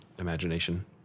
imagination